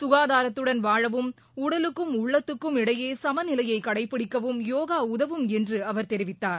சுகாதாரத்துடன் வாழவும் உடலுக்கும் உள்ளத்துக்கும் இடையே சமநிலையை கடைபிடிக்க யோகா உதவும் என்று அவர் தெரிவித்தார்